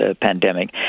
pandemic